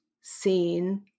seen